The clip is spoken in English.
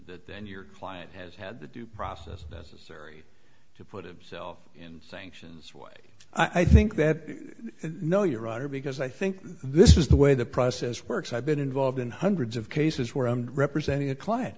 question then your client has had the due process necessary to put himself in sanctions way i think that no you're right or because i think this is the way the process works i've been involved in hundreds of cases where i'm representing a client